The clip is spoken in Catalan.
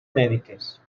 mèdiques